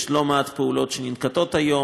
יש לא מעט פעולות שננקטות היום